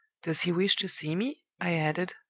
does he wish to see me i added,